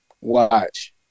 Watch